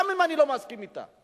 גם אם אני לא מסכים אתה,